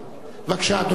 בבקשה, אדוני השר.